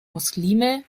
muslime